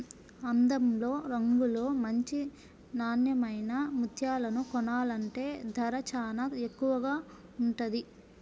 అందంలో, రంగులో మంచి నాన్నెమైన ముత్యాలను కొనాలంటే ధర చానా ఎక్కువగా ఉంటది